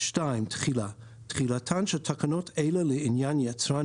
תחילה 2. תחילתן של תקנות אלה לעניין יצרן